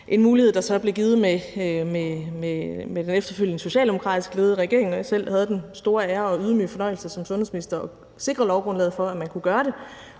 en mulighed, der så blev givet med den efterfølgende socialdemokratisk ledede regering, hvor jeg som sundhedsminister selv havde den store ære og ydmyge fornøjelse af at sikre lovgrundlaget for, at man kunne gøre det.